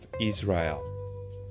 israel